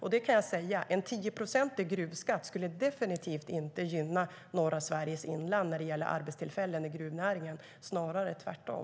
Och jag kan säga att en gruvskatt på 10 procent definitivt inte skulle gynna norra Sveriges inland när det gäller arbetstillfällen i gruvnäringen, snarare tvärtom.